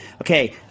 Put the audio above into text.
Okay